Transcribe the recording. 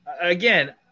again